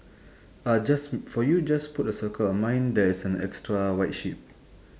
uh just for you just put a circle mine there's an extra white sheep